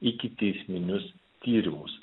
ikiteisminius tyrimus